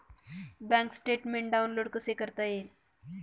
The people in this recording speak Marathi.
बँक स्टेटमेन्ट डाउनलोड कसे करता येईल?